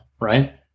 Right